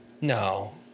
No